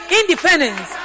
independence